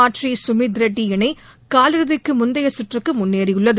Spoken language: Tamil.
அட்ரி சுமீத் ரெட்டி இணை காலிறுதிக்கு முந்தைய சுற்றுக்கு முன்னேறியுள்ளது